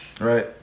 Right